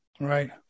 Right